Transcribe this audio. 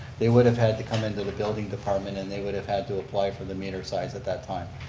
they would have had to come into the building department and they would have had to apply for the meter size at that time.